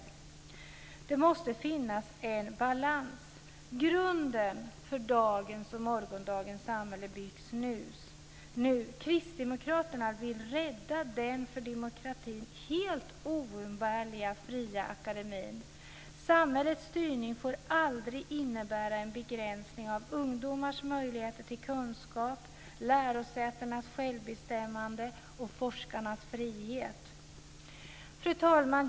Det måste finnas en balans. Grunden för dagens och morgondagens samhälle byggs nu. Kristdemokraterna vill rädda den för demokratin helt oumbärliga fria akademin. Samhällets styrning får aldrig innebära en begränsning av ungdomars möjligheter till kunskap, lärosätenas självbestämmande och forskarnas frihet. Fru talman!